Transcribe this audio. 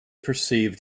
perceived